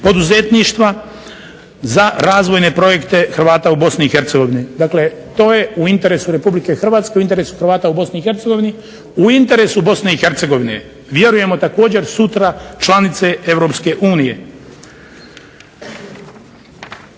poduzetništva za razvojne projekte Hrvata u BiH. Dakle, to je u interesu Republike Hrvatske, u interesu Hrvata u Bosni i Hercegovini, u interesu Bosne i Hercegovine. Vjerujemo također sutra članice Europske unije.